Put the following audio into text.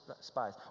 spies